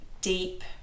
deep